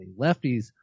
Lefties